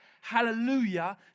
Hallelujah